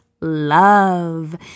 love